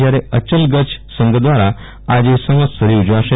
જયારે અયલ ગચ્છ સંઘ દ્વારા આજે સવંત્સરી ઉજવાશે